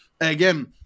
again